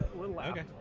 Okay